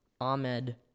Ahmed